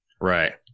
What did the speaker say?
Right